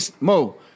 Mo